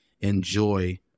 enjoy